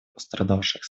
пострадавших